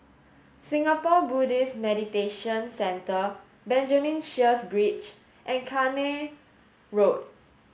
Singapore Buddhist Meditation Centre Benjamin Sheares Bridge and Road